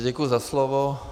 Děkuji za slovo.